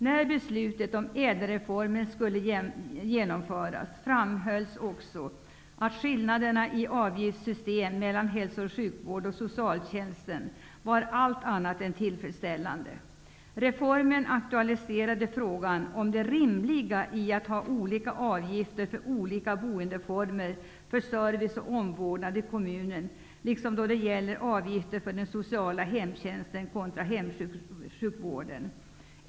När beslutet om ÄDEL-reformen skulle genomföras framhölls också att skillnaderna i avgiftssystemen för å ena sidan hälso och sjukvård och å andra sidan socialtjänsten var allt annat än tillfredsställande. Reformen aktualiserade frågan om det rimliga i att ha olika avgifter för olika boendeformer för service och omvårdnad i kommunen liksom då det gäller avgifter för den sociala hemtjänsten kontra hemsjukvården.